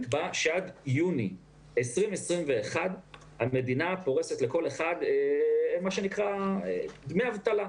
זה מודל שקבע שעד יוני 2021 המדינה פורסת לכל אחד דמי אבטלה.